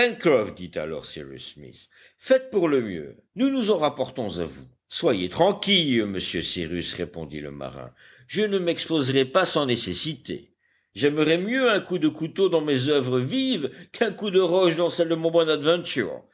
dit alors cyrus smith faites pour le mieux nous nous en rapportons à vous soyez tranquille monsieur cyrus répondit le marin je ne m'exposerai pas sans nécessité j'aimerais mieux un coup de couteau dans mes oeuvres vives qu'un coup de roche dans celles de mon